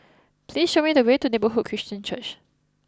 please show me the way to Neighbourhood Christian Church